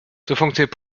funktioniert